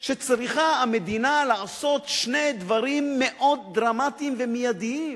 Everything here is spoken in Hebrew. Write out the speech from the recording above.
שצריכה המדינה לעשות שני דברים מאוד דרמטיים ומיידיים.